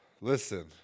listen